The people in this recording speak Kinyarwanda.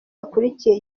wakurikiye